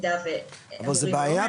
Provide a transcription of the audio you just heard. זו בעיה,